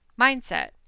mindset